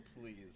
please